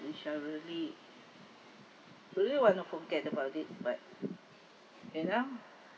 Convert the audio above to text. we shall really really want to forget about it but you know